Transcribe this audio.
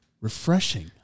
Refreshing